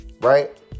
right